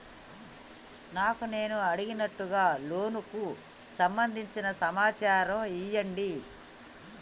నాకు నేను అడిగినట్టుగా లోనుకు సంబందించిన సమాచారం ఇయ్యండి?